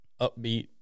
upbeat